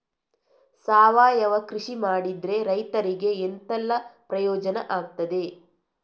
ಸಾವಯವ ಕೃಷಿ ಮಾಡಿದ್ರೆ ರೈತರಿಗೆ ಎಂತೆಲ್ಲ ಪ್ರಯೋಜನ ಆಗ್ತದೆ?